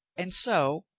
and so,